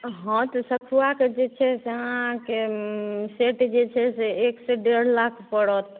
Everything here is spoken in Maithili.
हँ तऽ सखुआके जे छै से अहाँके सेट जे छै से एक से डेढ़ लाख पड़त